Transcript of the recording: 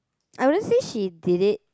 I wouldn't say she did it